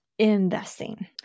investing